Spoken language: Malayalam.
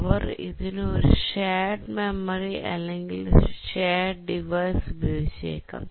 അവർ ഇതിനു ഒരു ഷെയേർഡ് മെമ്മറി അല്ലെങ്കിൽ ഒരു ഷെയേർഡ് ഡിവൈസ് ഉപയോഗിച്ചേക്കാം